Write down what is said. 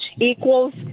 equals